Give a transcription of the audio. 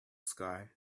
sky